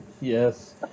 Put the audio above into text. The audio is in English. Yes